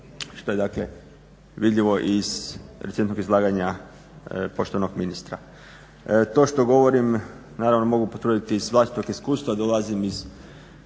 što je vidljivo iz recentnog izlaganja poštovanog ministra. To što govorim naravno mogu potvrditi iz vlastitog iskustva. Dolazim iz